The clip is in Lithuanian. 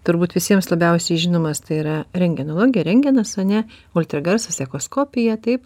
turbūt visiems labiausiai žinomas tai yra rentgenologija rentgenas ane ultragarsas echoskopija taip